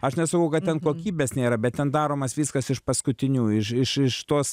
aš nesakau kad ten kokybės nėra bet ten daromas viskas iš paskutiniųjų iš iš iš tos